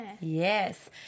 yes